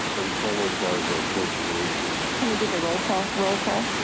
and followed by the pledge of allegiance. can we do the roll call, roll call?